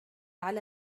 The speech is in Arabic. على